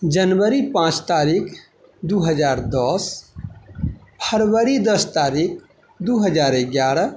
जनवरी पांँच तारीक दू हजार दश फरवरी दश तारीख दू हजार एगारह